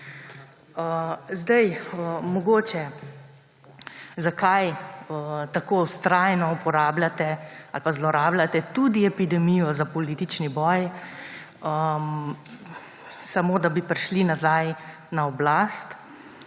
ministrstva. Zakaj tako vztrajno uporabljate ali zlorabljate tudi epidemijo za politični boj, samo da bi prišli nazaj na oblast,